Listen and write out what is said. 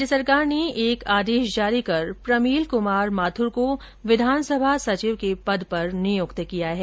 राज्य सरकार ने एक आदेश जारी कर प्रमील कुमार माथुर को विधानसभा सचिव के पद पर नियुक्त किया है